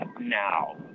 now